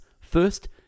First